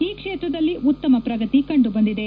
ಈ ಕ್ಷೇತ್ರದಲ್ಲಿ ಉತ್ತಮ ಪ್ರಗತಿ ಕಂಡುಬಂದಿದೆ